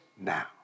now